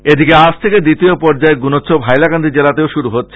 এদিকে আজ থেকে দ্বিতীয় পর্যায়ের গুণোৎসব হাইলাকান্দি জেলাতেও শুরু হচ্ছে